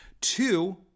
Two